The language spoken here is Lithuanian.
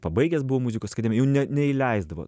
pabaigęs buvau muzikos akademiją jau ne neįleisdavo